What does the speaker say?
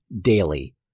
daily